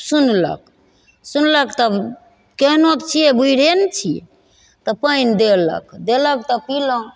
सुनलक सुनलक तब केहनो तऽ छियै बुढ़े ने छियै तऽ पानि देलक देलक तऽ पिलहुँ